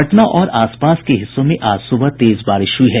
पटना और आस पास हिस्सों में आज सुबह तेज बारिश हुई है